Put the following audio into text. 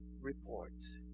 reports